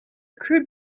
crude